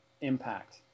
impact